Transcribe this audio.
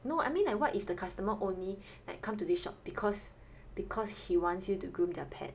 no I mean like what if the customer only like come to this shop because because she wants you to groom their pet